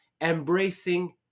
embracing